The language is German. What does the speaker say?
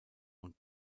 und